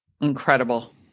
Incredible